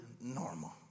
normal